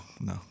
no